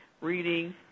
reading